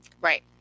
Right